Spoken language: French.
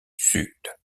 sud